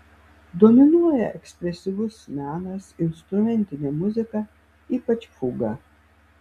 dominuoja ekspresyvus menas instrumentinė muzika ypač fuga